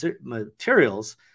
materials